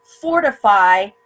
fortify